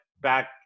Back